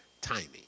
timing